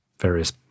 various